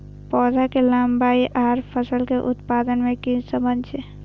पौधा के लंबाई आर फसल के उत्पादन में कि सम्बन्ध छे?